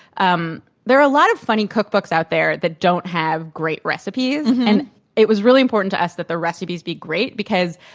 um there are a lot of funny cookbooks out there that don't have great recipes. and it was really important to us that the recipes be great, because,